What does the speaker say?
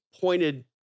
pointed